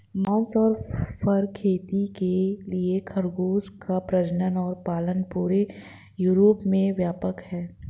मांस और फर खेती के लिए खरगोशों का प्रजनन और पालन पूरे यूरोप में व्यापक है